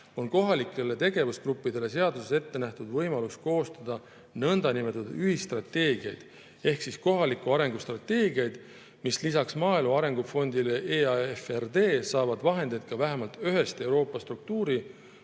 on kohalikele tegevusgruppidele seaduses ette nähtud võimalus koostada ühisstrateegiaid ehk kohaliku arengu strateegiaid, mis lisaks maaelu arengu fondile EAFRD saavad vahendeid ka vähemalt ühest Euroopa struktuuri‑